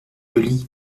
lis